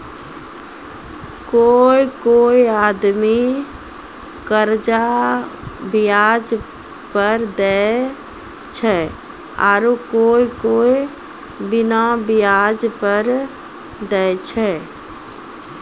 कोय कोय आदमी कर्जा बियाज पर देय छै आरू कोय कोय बिना बियाज पर देय छै